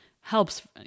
helps